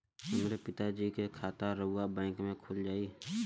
हमरे पिता जी के खाता राउर बैंक में खुल जाई?